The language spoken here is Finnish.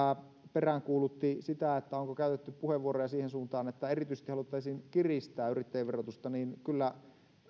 peräänkuulutti sitä onko käytetty puheenvuoroja siihen suuntaan että erityisesti haluttaisiin kiristää yrittäjien verotusta kyllä